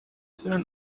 turn